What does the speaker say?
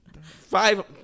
five